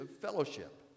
fellowship